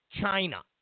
China